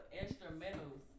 instrumentals